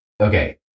Okay